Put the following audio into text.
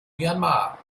myanmar